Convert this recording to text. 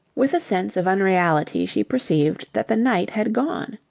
with a sense of unreality she perceived that the night had gone.